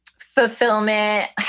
Fulfillment